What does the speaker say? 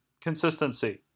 Consistency